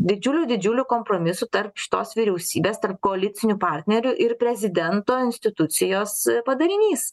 didžiulių didžiulių kompromisų tarp šitos vyriausybės tarp koalicinių partnerių ir prezidento institucijos padarinys